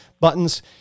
buttons